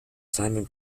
simon